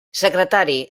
secretari